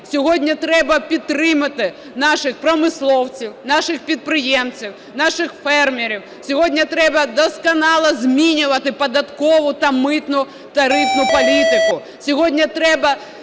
Сьогодні треба підтримати наших промисловців, наших підприємців, наших фермерів. Сьогодні треба досконало змінювати податкову та митно-тарифну політику.